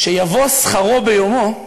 שיבוא שכרו ביומו,